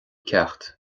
ceacht